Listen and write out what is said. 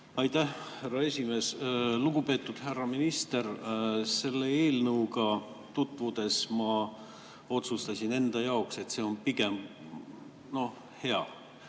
Aitäh, härra esimees! Lugupeetud härra minister! Selle eelnõuga tutvudes ma otsustasin enda jaoks, et see on pigem hea,